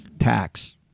Tax